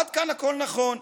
עד כאן הכול נכון.